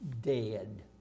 dead